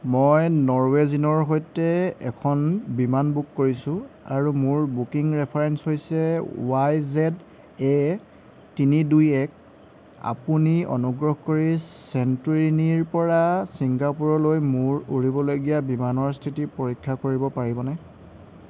মই নৰৱেজিনৰ সৈতে এখন বিমান বুক কৰিছোঁঁ আৰু মোৰ বুকিং ৰেফাৰেন্স হৈছে ৱাই জেদ এ তিনি দুই এক আপুনি অনুগ্ৰহ কৰি ছেণ্টোৰিনিৰ পৰা ছিংগাপুৰলৈ মোৰ উৰিবলগীয়া বিমানৰ স্থিতি পৰীক্ষা কৰিব পাৰিবনে